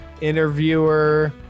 interviewer